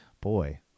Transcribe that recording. boy